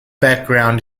background